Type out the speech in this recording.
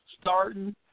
starting